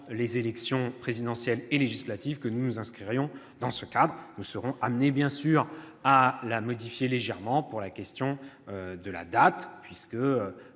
les élections présidentielle et législatives que nous nous inscririons dans ce cadre. Nous serons amenés, bien sûr, à la modifier légèrement en ce qui concerne la date, puisque